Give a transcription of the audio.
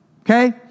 okay